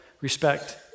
respect